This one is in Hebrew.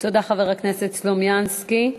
תודה, חבר הכנסת סלומינסקי.